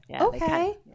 Okay